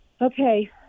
Okay